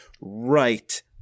right